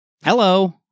Hello